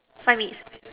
five minutes